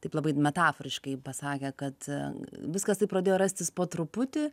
taip labai metaforiškai pasakė kad viskas taip pradėjo rastis po truputį